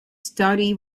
study